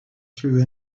through